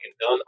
done